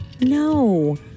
no